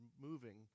moving